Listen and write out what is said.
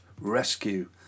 rescue